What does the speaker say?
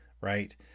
right